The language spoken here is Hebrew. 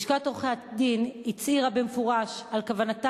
לשכת עורכי-הדין הצהירה במפורש על כוונתה